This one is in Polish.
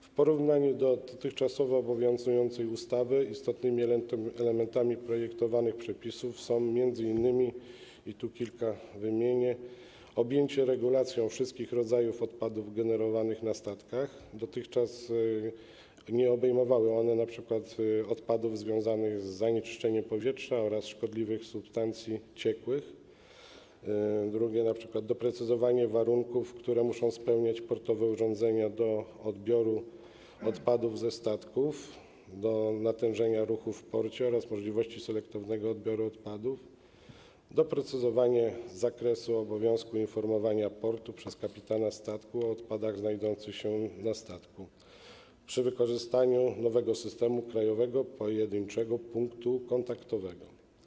W porównaniu z dotychczas obowiązującą ustawą istotnymi elementami projektowanych przepisów są m.in., i tu kilka wymienię: objęcie regulacją wszystkich rodzajów odpadów generowanych na statkach - dotychczas nie obejmowały one np. odpadów związanych z zanieczyszczeniem powietrza oraz szkodliwych substancji ciekłych; doprecyzowanie warunków, które muszą spełniać portowe urządzenia do odbioru odpadów ze statków, w odniesieniu do natężenia ruchu w porcie oraz możliwości selektywnego odbioru odpadów; doprecyzowanie zakresu obowiązku informowania portu przez kapitana statku o odpadach znajdujących się na statku przy wykorzystaniu nowego krajowego systemu pojedynczego punktu kontaktowego.